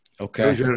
Okay